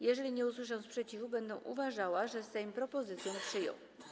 Jeżeli nie usłyszę sprzeciwu, będę uważała, że Sejm propozycję przyjął.